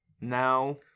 Now